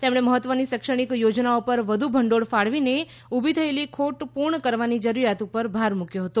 તેમણે મહત્વની શૈક્ષણિક યોજનાઓ પર વધુ ભંડોળ ફાળવીને ઉભી થયેલી ખોટ પૂર્ણ કરવાની જરૂરિયાત પર ભાર મૂક્યો હતો